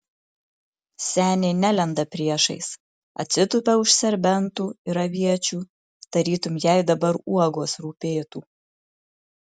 senė nelenda priešais atsitupia už serbentų ir aviečių tarytum jai dabar uogos rūpėtų